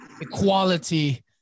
equality